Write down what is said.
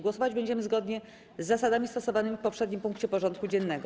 Głosować będziemy zgodnie z zasadami stosowanymi w poprzednim punkcie porządku dziennego.